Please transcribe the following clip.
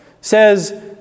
says